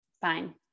Fine